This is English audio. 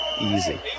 easy